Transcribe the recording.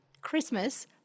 Christmas